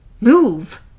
Move